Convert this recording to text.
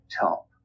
Top